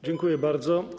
Dziękuję bardzo.